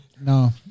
No